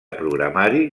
programari